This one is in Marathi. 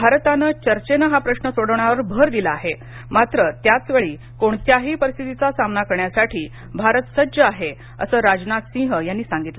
भारताने चर्चेने हा प्रश्न सोडवण्यावर भर दिला आहे मात्र त्याचवेळी कोणत्याही परिस्थितीचा सामना करण्यासाठी भारत सज्ज आहे असं राजनाथसिंह यांनी सांगितलं